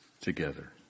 together